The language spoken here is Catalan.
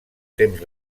temps